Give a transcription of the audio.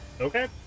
Okay